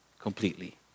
completely